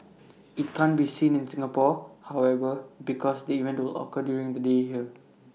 IT can't be seen in Singapore however because the event will occur during the day here